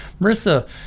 Marissa